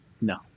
no